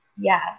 yes